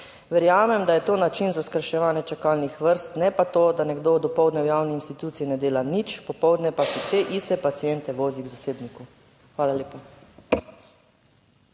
"Verjamem, da je to način za skrajševanje čakalnih vrst, ne pa to, da nekdo dopoldne v javni instituciji ne dela nič, popoldne pa se te iste paciente vozi k zasebniku." Hvala lepa.